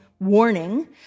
warning